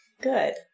Good